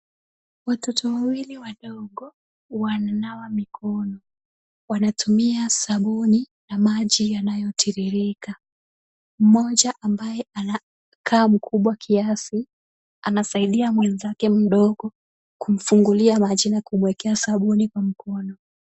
Watoto wawili wadogo wananawa mikono wanatumia sabuni na maji yanayotiririka mmoja ambaye anakaa mkubwa kiasi anasaidia mwenzake mdogo kumfungulia maji na kumwekea sabuni kwa mkono,